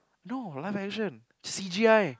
no live action c_g_i